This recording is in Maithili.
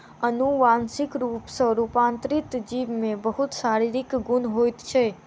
अनुवांशिक रूप सॅ रूपांतरित जीव में बहुत शारीरिक गुण होइत छै